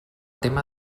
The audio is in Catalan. tema